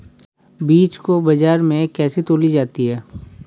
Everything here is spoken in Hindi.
बीज को बाजार में कैसे तौली जाती है?